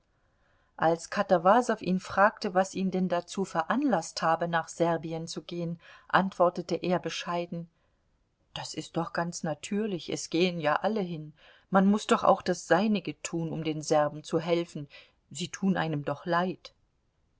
als katawasow ihn fragte was ihn denn dazu veranlaßt habe nach serbien zu gehen antwortete er bescheiden das ist doch ganz natürlich es gehen ja alle hin man muß doch auch das seinige tun um den serben zu helfen sie tun einem doch leid